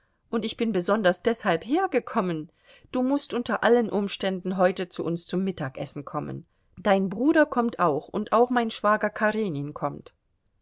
und bin besonders deshalb hergekommen du mußt unter allen umständen heute zu uns zum mittagessen kommen dein bruder kommt auch und auch mein schwager karenin kommt